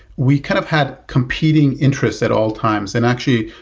we kind of had competing interests at all times. and actually,